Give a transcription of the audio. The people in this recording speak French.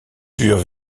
dures